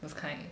those kind